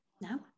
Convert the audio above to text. No